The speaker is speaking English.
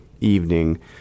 evening